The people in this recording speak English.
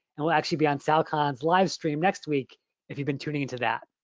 and will actually be on sal khan's live stream next week if you've been tuning into that.